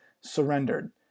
surrendered